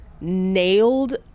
nailed